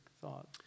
thought